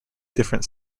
different